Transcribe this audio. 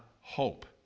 hope